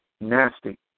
nasty